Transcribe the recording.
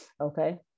Okay